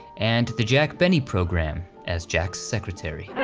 and the jack benny program as jack's secretary.